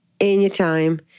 anytime